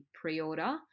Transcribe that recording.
pre-order